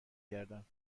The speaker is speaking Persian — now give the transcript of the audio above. گردم